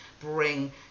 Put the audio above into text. bring